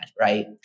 Right